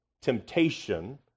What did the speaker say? temptation